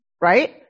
Right